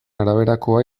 araberakoa